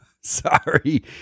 Sorry